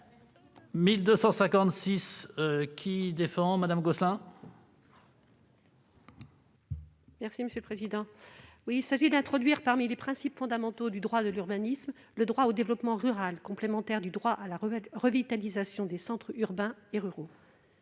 : La parole est à Mme Béatrice Gosselin. Il s'agit d'introduire, parmi les principes fondamentaux du droit de l'urbanisme, le droit au développement rural, complémentaire du droit à la revitalisation des centres urbains et ruraux.